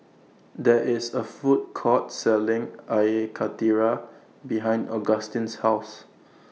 There IS A Food Court Selling Air Karthira behind Augustin's House